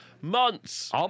Months